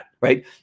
right